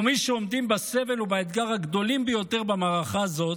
ומי שעומדים בסבל ובאתגר הגדולים ביותר במערכה הזאת,